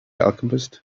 alchemist